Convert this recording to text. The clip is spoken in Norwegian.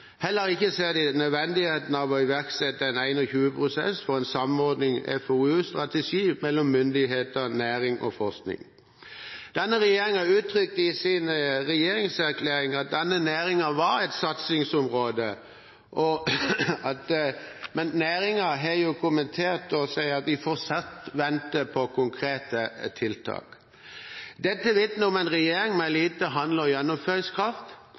Heller ikke ser de nødvendigheten av å iverksette en 21-prosess for en samordnet FoU-strategi mellom myndigheter, næring og forskning. Denne regjeringen har uttrykt i sin regjeringserklæring at denne næringen er et satsingsområde, men næringen har kommentert at de fortsatt venter på konkrete tiltak. Dette vitner om en regjering med liten handle- og gjennomføringskraft.